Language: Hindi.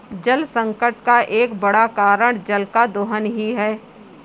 जलसंकट का एक बड़ा कारण जल का दोहन ही है